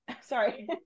sorry